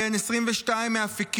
בן 22 מאפיקים,